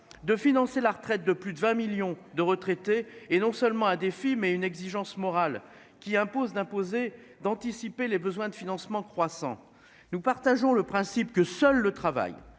de financer la retraite de plus de 20 millions de retraités, et non seulement à des films mais une exigence morale qui impose d'imposer d'anticiper les besoins de financement croissant. Nous partageons le principe que seul le travail,